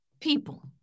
people